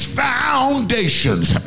foundations